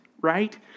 right